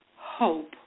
hope